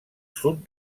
sud